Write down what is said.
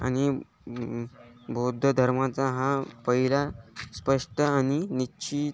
आणि बौद्ध धर्माचा हा पहिला स्पष्ट आणि निश्चित